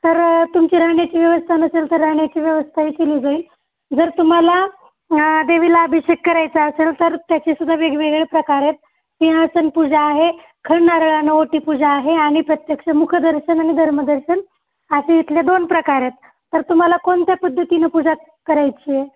तर तुमची राहण्याची व्यवस्था नसेल तर राहण्याची व्यवस्थाही केली जाईल जर तुम्हाला देवीला अभिषेक करायचा असेल तर त्याचेसुद्धा वेगवेगळ्या प्रकारेत सिंहासन पूजा आहे खणनाराळ आणि ओटी पूजा आहे आणि प्रत्यक्ष मुखदर्शन आणि धर्मदर्शन असे इथले दोन प्रकार आहेत तर तुम्हाला कोणत्या पद्धतीनं पूजा करायची आहे